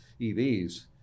EVs